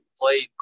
played